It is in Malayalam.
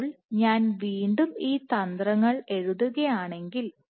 അപ്പോൾ ഞാൻ വീണ്ടും ഈ തന്ത്രങ്ങൾ എഴുതുകയാണെങ്കിൽ